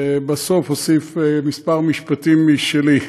ובסוף אוסיף כמה משפטים משלי.